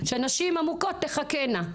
שהנשים המוכות תחכינה".